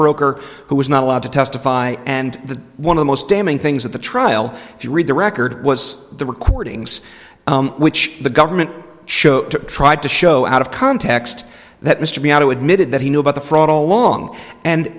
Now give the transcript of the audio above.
broker who was not allowed to testify and the one of the most damning things at the trial if you read the record was the recordings which the government chose to try to show out of context that mr beata admitted that he knew about the fraud all along and